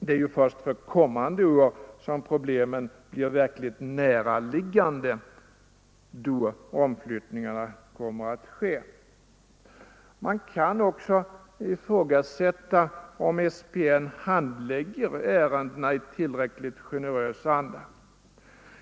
Det är ju först för kommande år som problemen blir verkligen näraliggande, då omflyttningarna kommer att ske. Man kan också ifrågasätta om SPN handlägger ärendena i tillräckligt generös anda.